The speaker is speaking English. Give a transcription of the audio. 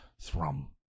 Thrum